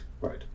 right